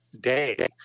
day